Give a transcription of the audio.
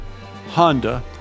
honda